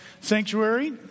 sanctuary